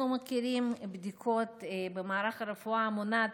אנחנו מכירים בדיקות במערך הרפואה המונעת,